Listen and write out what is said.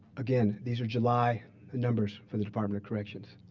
again, these are july numbers for the department of corrections,